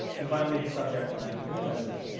and finally, the subject line of the commit message.